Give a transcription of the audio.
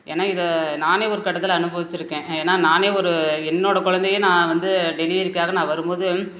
ஏன்னா இதை நானே ஒரு கட்டத்தில் அனுபவிச்சிருக்கேன் ஏன்னா நானே ஒரு என்னோடய குழந்தைய நான் வந்து டெலிவெரிக்காக நான் வரும்போது